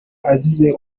azize